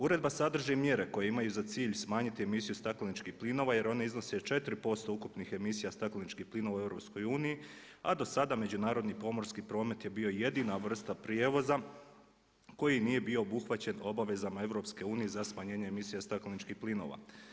Uredba sadrži mjere koje imaju za cilj smanjiti emisiju stakleničkih plinova jer oni iznose 4% ukupnih emisija stakleničkih plinova u EU, a do sada međunarodni pomorski promet je bio jedina vrsta prijevoza koji nije bio obuhvaćen obavezama EU za smanjenje emisija stakleničkih plinova.